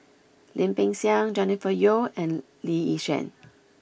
Lim Peng Siang Jennifer Yeo and Lee Yi Shyan